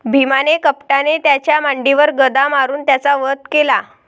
भीमाने कपटाने त्याच्या मांडीवर गदा मारून त्याचा वध केला